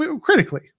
critically